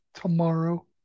tomorrow